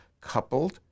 coupled